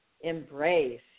embrace